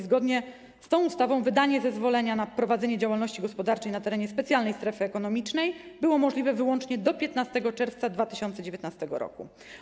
Zgodnie z tą ustawą wydanie zezwolenia na prowadzenie działalności gospodarczej na terenie specjalnej strefy ekonomicznej było możliwe wyłącznie do 15 czerwca 2019 r.